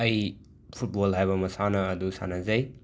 ꯑꯩ ꯐꯨꯠꯕꯣꯜ ꯍꯥꯏꯕ ꯃꯁꯥꯅ ꯑꯗꯨ ꯁꯥꯅꯖꯩ